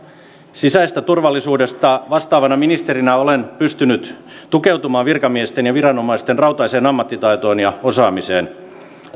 sisäisestä turvallisuudesta vastaavana ministerinä olen pystynyt tukeutumaan virkamiesten ja viranomaisten rautaiseen ammattitaitoon ja osaamiseen